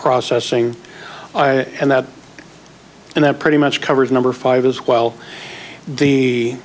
processing and that and that pretty much covers number five as well the